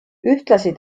ühtlasi